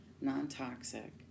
non-toxic